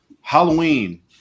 Halloween